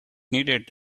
needed